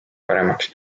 paremaks